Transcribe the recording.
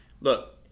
look